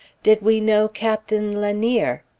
did we know captain lanier?